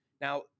Now